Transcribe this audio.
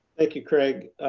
thank you, craig.